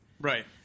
Right